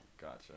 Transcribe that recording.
Gotcha